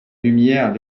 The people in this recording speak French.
lumière